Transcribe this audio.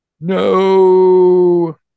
No